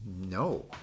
No